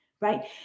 right